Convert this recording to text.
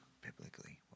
Biblically